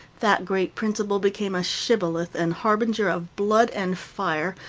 that great principle became a shibboleth and harbinger of blood and fire,